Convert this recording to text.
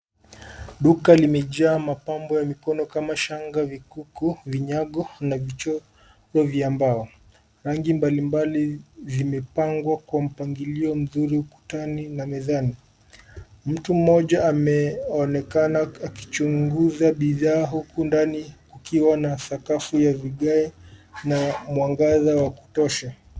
Duka limejaa mapambo ya mikono kama shanga, vikuku, vinyago, na vichongo vya mbao. Rangi mbalimbali zimepangwa kwa mpangilio mzuri uktani na mezani. Mtu mmoja ameonekana akichunguza bidhaa huku ndani ukiwa na sakafu ya vigae na mwangaza wa kutosha.